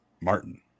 martin